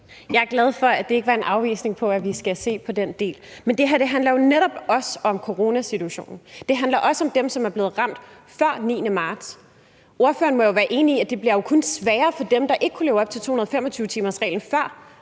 Jeg er glad for, at det ikke var en afvisning af, at vi skal se på den del. Men det her handler jo netop også om coronasituationen, det handler også om dem, som er blevet ramt før 9. marts. Ordføreren må jo være enig i, at det kun bliver sværere for dem, der ikke kunne leve op til 225-timersreglen før,